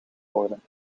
worden